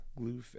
glue